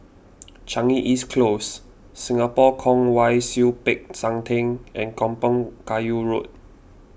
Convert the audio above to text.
Changi East Close Singapore Kwong Wai Siew Peck San theng and Kampong Kayu Road